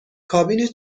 کابین